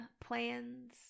plans